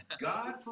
God